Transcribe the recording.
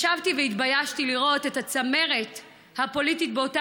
שישבתי והתביישתי לראות את הצמרת הפוליטית באותה